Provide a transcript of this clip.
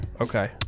Okay